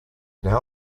now